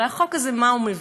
הרי החוק הזה, מה הוא מביא?